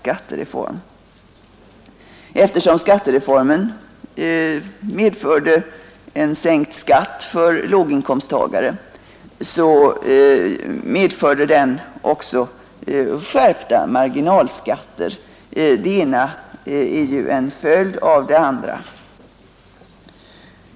Eftersom denna skattereform innebar en sänkt skatt för låginkomsttagare medförde den också skärpta marginalskatter. Det ena är ju en följd av det andra.